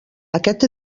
aquest